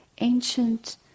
ancient